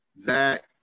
Zach